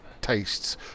tastes